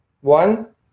one